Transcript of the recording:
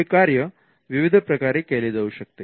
हे कार्य विविध प्रकारे केले जाऊ शकते